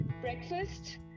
breakfast